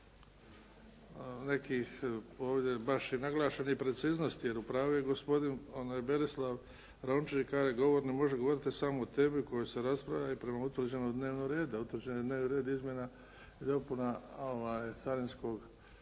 nekih, ovdje baš i naglašenih preciznosti, jer u pravu gospodin Berislav Rončević kaže, govornik može govoriti samo o temi koja se raspravlja i prema utvrđenom dnevnom redu, a utvrđeni